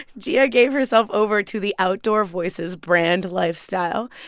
jia gave herself over to the outdoor voices brand lifestyle.